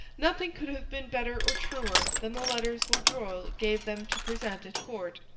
nothing could have been better or truer than the letters vaudreuil gave them to present at court.